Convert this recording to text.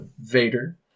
Vader